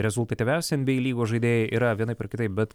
rezultatyviausia nba lygos žaidėjai yra vienaip ar kitaip bet